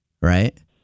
Right